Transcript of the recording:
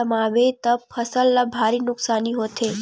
जमाबे त फसल ल भारी नुकसानी होथे